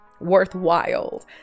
worthwhile